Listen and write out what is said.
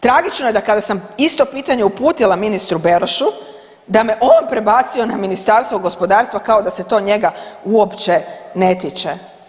Tragično je da kada sam isto pitanje uputila ministru Beroš da me on prebacio na Ministarstvo gospodarstva kao da se to njega uopće ne tiče.